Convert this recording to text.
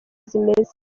zimeze